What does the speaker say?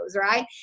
right